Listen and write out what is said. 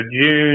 June